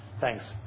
Thanks